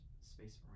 Space